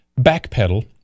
backpedal